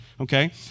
Okay